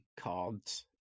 cards